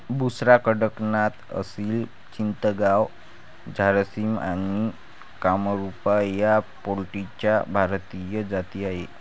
बुसरा, कडकनाथ, असिल चितगाव, झारसिम आणि कामरूपा या पोल्ट्रीच्या भारतीय जाती आहेत